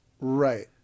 Right